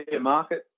market